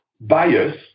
bias